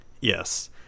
Yes